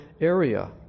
area